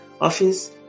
office